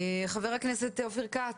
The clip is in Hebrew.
חבר הכנסת אופיר כץ,